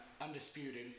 Undisputed –